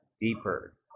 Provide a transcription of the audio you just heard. deeper